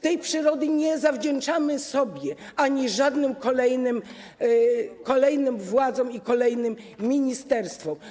Tej przyrody nie zawdzięczamy sobie ani żadnym kolejnym władzom i kolejnym ministerstwom.